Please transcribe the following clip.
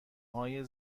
های